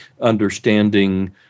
understanding